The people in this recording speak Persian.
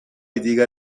دیگر